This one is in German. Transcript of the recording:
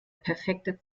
perfekte